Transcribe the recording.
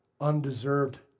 undeserved